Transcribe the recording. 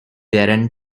darren